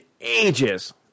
ages